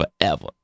forever